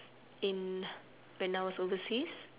in when I was overseas